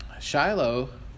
Shiloh